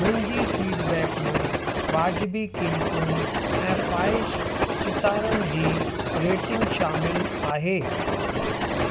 मुंहिंजी फ़ीडबैक में वाजिबी क़ीमतूं ऐं फ़ाइव सितारनि जी रेटिंग शामिलु आहे